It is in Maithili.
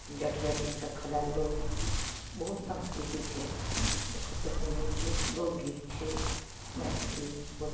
जट जटिन सब खेलाएल लोक बहुत संस्कृति छै ओकर तऽ कोनो छै लोकगीत छै मैथिली भो